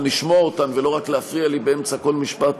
לשמוע אותן ולא רק להפריע לי באמצע כל משפט,